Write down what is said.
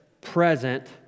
present